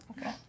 Okay